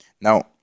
Now